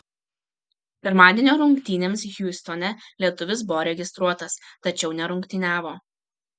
pirmadienio rungtynėms hjustone lietuvis buvo registruotas tačiau nerungtyniavo